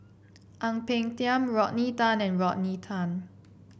Ang Peng Tiam Rodney Tan and Rodney Tan